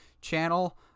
channel